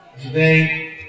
Today